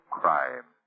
crime